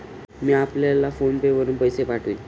मी आपल्याला PhonePe वरुन पैसे पाठवीन